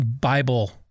Bible